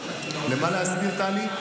למה להזכיר, טלי?